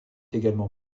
également